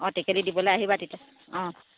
অঁ টকেলি দিবলৈ আহিবা তেতিয়া অঁ